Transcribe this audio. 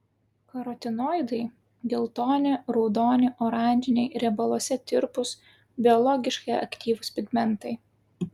karotinoidai geltoni raudoni oranžiniai riebaluose tirpūs biologiškai aktyvūs pigmentai